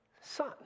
son